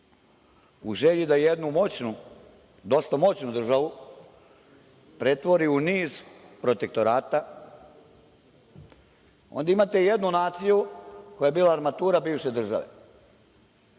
u želji da jednu moćnu, dosta moćnu državu pretvori u niz protektorata, onda imate jednu naciju koja je bila armatura bivše države